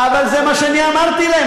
אבל זה מה שאמרתי להם.